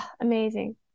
amazing